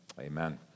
Amen